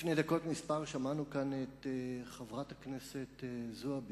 לפני דקות אחדות שמענו כאן את חברת הכנסת זועבי,